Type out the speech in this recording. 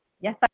Yes